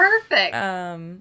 perfect